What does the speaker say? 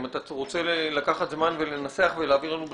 אם את הרוצה לקחת זמן ולנסח ולהעביר לנו בכתב,